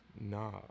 Nah